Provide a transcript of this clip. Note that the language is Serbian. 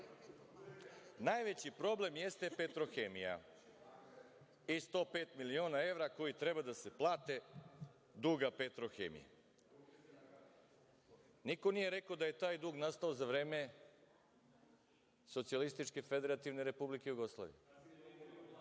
najveći problem jeste „Petrohemija“ i 105 miliona evra duga koji treba da se plate „Petrohemiji“. Niko nije rekao da je taj dug nastao za vreme Socijalističke Federativne Republike Jugoslavije.(Radoslav